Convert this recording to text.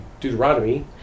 deuteronomy